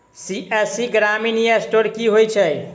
CSC ग्रामीण e store की होइ छै?